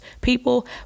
people